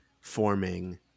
forming